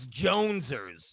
Jonesers